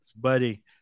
buddy